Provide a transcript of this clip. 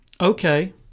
Okay